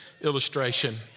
illustration